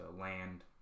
land